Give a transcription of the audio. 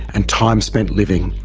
and time spent living.